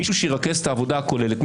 מישהו שירכז את העבודה הכוללת.